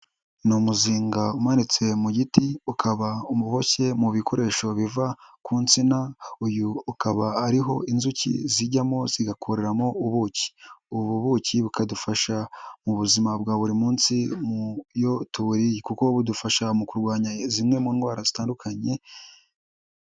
Ni umuzinga umanitse mu giti, ukaba uboshye mu bikoresho biva ku nsina, uyu ukaba ariho inzuki zijyamo, zigakoreramo ubuki. Ubu buki bukadufasha mu buzima bwa buri munsi, iyo tuburi kuko budufasha mu kurwanya zimwe mu ndwara zitandukanye.